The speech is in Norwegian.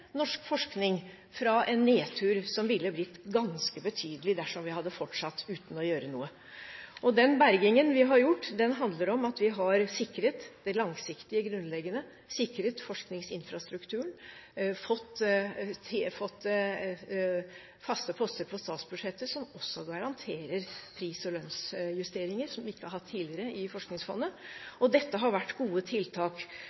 norsk forskning fra en nedtur som ville blitt ganske betydelig dersom vi hadde fortsatt uten å gjøre noe. Den bergingen vi har gjort, handler om at vi har sikret det langsiktige og grunnleggende, sikret forskningsinfrastrukturen, fått faste poster på statsbudsjettet som også garanterer pris- og lønnsjusteringer, som vi ikke har hatt tidligere i